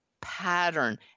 pattern